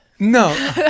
No